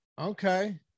okay